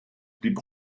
blieb